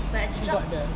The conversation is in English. still got the